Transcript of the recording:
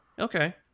Okay